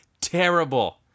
terrible